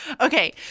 Okay